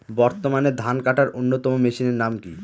বর্তমানে ধান কাটার অন্যতম মেশিনের নাম কি?